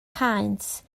paent